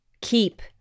Keep